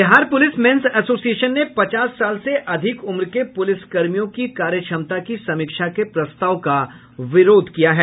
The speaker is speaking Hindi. बिहार पुलिस मेंस एसोसिएशन ने पचास साल से अधिक उम्र के पुलिस कर्मियों के कार्य क्षमता की समीक्षा के प्रस्ताव का विरोध किया है